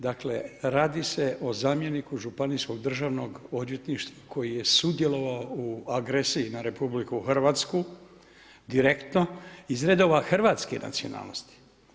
Dakle, radi se o zamjeniku županijskog državnog odvjetništva koji je sudjelovao u agresiji na Republiku Hrvatske direktno iz redova hrvatske nacionalnosti.